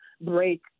break